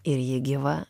ir ji gyva